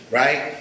right